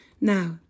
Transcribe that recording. Now